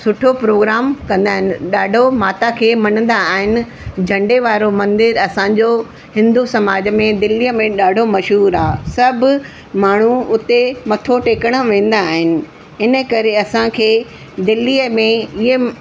सुठो प्रोग्राम कंदा आहिनि ॾाढो माता खे मञंदा आहिनि झंडे वारो मंदरु असांजो हिंदू समाज में दिल्लीअ में ॾाढो मशहूरु आहे सभु माण्हू उते मथो टेकणु वेंदा आहिनि हिन करे असांखे दिल्लीअ में ईअं